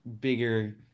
bigger